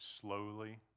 slowly